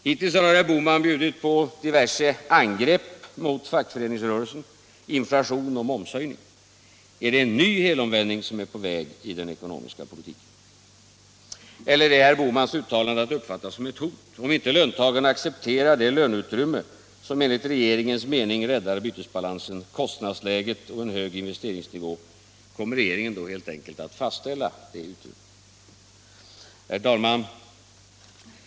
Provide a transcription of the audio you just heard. Hittills har herr Bohman bjudit på diverse angrepp mot fackföreningsrörelsen, inflation och momshöjning. Är en ny helomvändning på väg i den ekonomiska politiken? Eller är herr Bohmans uttalande att uppfatta som ett hot — om inte löntagarna accepterar det löneutrymme som enligt regeringens mening räddar bytesbalansen, kostnadsläget och en hög investeringsnivå, kommer regeringen då helt enkelt att fastställa det utrymmet? Herr talman!